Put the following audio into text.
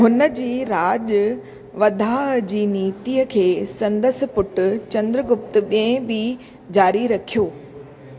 हुन जी राॼु वधाउ जी नीतीअ खे संदसि पुटु चंद्रगुप्त बि॒यों बि जारी रखियो